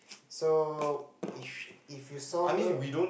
so if if you saw her